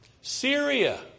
Syria